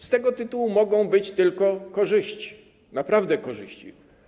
Z tego tytułu mogą być tylko korzyści, naprawdę korzyści.